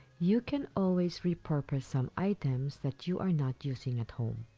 you can always repurpose some items that you are not using at home.